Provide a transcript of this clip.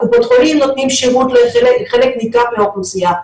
קופות החולים נותנים שירות לחלק ניכר מהאוכלוסייה,